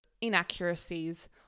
inaccuracies